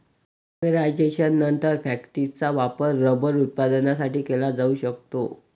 पॉलिमरायझेशननंतर, फॅक्टिसचा वापर रबर उत्पादनासाठी केला जाऊ शकतो